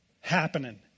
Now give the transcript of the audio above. happening